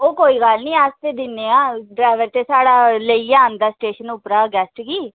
ओह् कोई गल्ल नी अस दिन्ने आं ड्रैवर ते साढ़ा लेइयै आंदा स्टेशन उप्परा गैस्ट गी